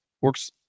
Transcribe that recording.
works